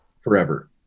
forever